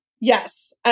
Yes